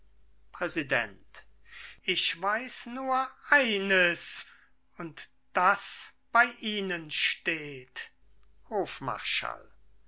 präsident ich weiß nur eines und das bei ihnen steht hofmarschall